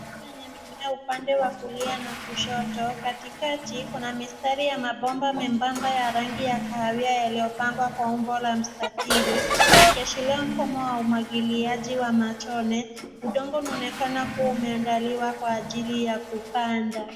Shamba lenye mimea upande wa kulia na kushoto, katikati kuna mistari ya mabomba membamba ya rangi ya kahawia yaliyopangwa kwa umbo la mstatili, yakiashiria mfumo wa umwagiliaji wa matone. Udongo unaonekana kuwa umeandaliwa kwa ajili ya kupanda.